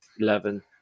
eleven